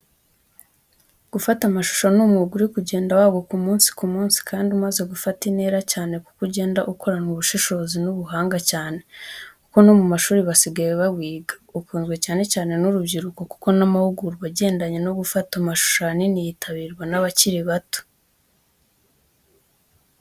Gufata amashusho ni umwuga uri kugenda waguka umunsi ku munsi kandi umaze gufata intera cyane kuko ugenda ukoranwa ubushishozi n'ubuhanga cyane kuko no mu mashuri basigaye bawiga. Ukunzwe cyane cyane n'urubyiruko kuko n'amahugurwa agendanye no gufata amashusho ahanini yitabirwa n'abakiri bato.